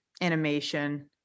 animation